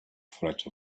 threat